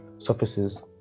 surfaces